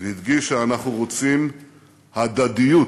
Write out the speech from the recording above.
והדגיש שאנחנו רוצים הדדיות,